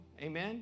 Amen